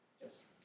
Yes